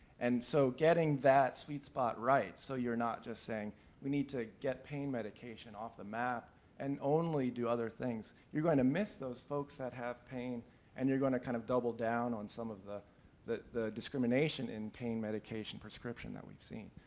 and so getting that sweet spot right so you're not just saying we need to get pain medication off the map and only do other things, you're going to miss those folks that have pain and you're going to kind of double down on some of the discrimination in pain medication prescription that we've seen.